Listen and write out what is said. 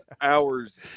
hours